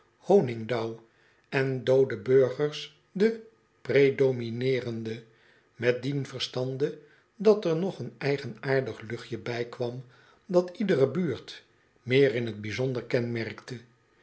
honigdauw en doode burgers de predomineerende met dien verstande dat er nog een eigenaardig luchtje bijkwam dat iedere buurt meer in t bijzonder kenmerkte